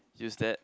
use that